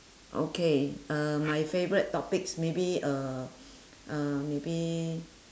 okay uh my favourite topics maybe uh uh maybe